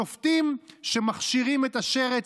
שופטים שמכשירים את השרץ,